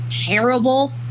terrible